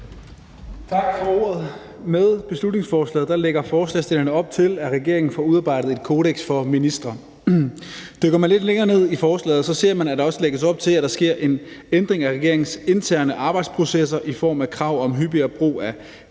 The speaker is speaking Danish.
Tak for ordet. Med beslutningsforslaget lægger forslagsstillerne op til, regeringen får udarbejdet et kodeks for ministre. Dykker man lidt længere ned i forslaget, ser man, at der også lægges op til, at der sker en ændring af regeringens interne arbejdsprocesser i form af krav om hyppigere brug af